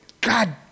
god